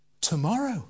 Tomorrow